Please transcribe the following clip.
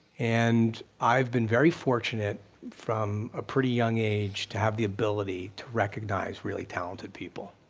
and i've been very fortunate from a pretty young age to have the ability to recognize really talented people.